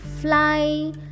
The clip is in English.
fly